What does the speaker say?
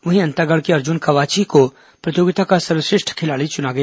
वहीं अंतागढ़ के अर्जुन कवाची को प्रतियोगिता का सर्वश्रेष्ठ खिलाड़ी चुना गया